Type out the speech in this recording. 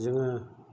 जोङो